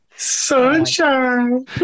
sunshine